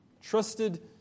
Trusted